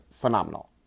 phenomenal